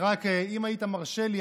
אם היית מרשה לי,